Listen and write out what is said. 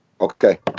Okay